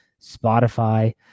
Spotify